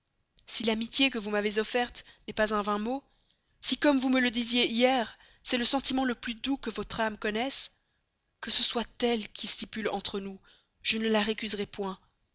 si l'amitié que vous m'avez offerte n'est pas un vain mot si comme vous me le disiez hier c'est le sentiment le plus doux que votre âme connaisse que ce soit elle qui stipule entre nous je ne la récuserai point